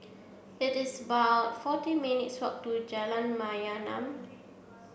it is about forty minutes' walk to Jalan Mayaanam